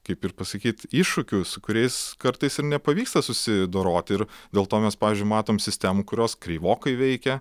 kaip ir pasakyt iššūkių su kuriais kartais ir nepavyksta susidorot ir dėl to mes pavyzdžiui matom sistemų kurios kreivokai veikia